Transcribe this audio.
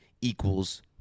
equals